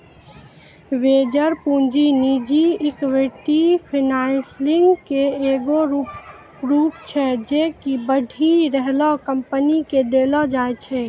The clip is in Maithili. वेंचर पूंजी निजी इक्विटी फाइनेंसिंग के एगो रूप छै जे कि बढ़ि रहलो कंपनी के देलो जाय छै